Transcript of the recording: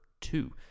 two